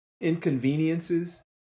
inconveniences